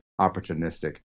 opportunistic